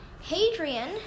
Hadrian